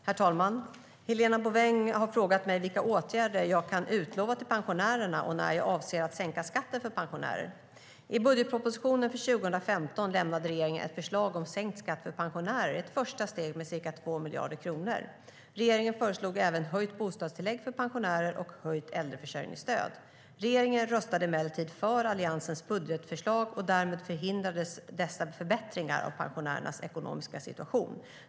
Herr talman! Helena Bouveng har frågat mig vilka åtgärder jag kan utlova till pensionärerna och när jag avser att sänka skatten för pensionärerna. I budgetpropositionen för 2015 lämnade regeringen ett förslag om sänkt skatt för pensionärer i ett första steg med ca 2 miljarder kronor. Regeringen föreslog även höjt bostadstillägg för pensionärer och höjt äldreförsörjningsstöd. Riksdagen röstade emellertid för Alliansens budgetförslag och därmed förhindrades dessa förbättringar av pensionärernas ekonomiska situation.